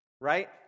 right